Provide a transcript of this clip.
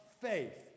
faith